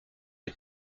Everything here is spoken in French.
est